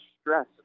stress